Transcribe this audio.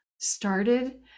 started